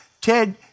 Ted